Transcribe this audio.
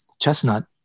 chestnut